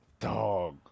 Dog